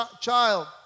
child